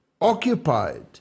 occupied